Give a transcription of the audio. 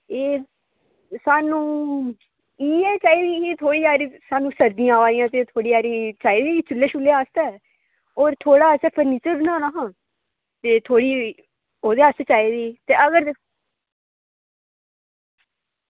एह् एह् स्हानू इंया गै चाही दियां हियां थोह्ड़ियां हारियां स्हानू सर्दियां आवां दियां ते थोह्ड़ी हारी चाहिदी चुल्हे आस्तै होर थोह्ड़ा असें फर्नीचर बनाना हा ते थोह्ड़ी ओह्दे आस्तै चाहिदी ही अगर